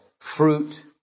fruit